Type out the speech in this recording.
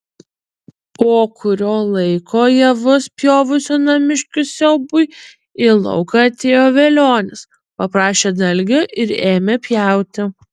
po kurio laiko javus pjovusių namiškių siaubui į lauką atėjo velionis paprašė dalgio ir ėmė pjauti